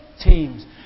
teams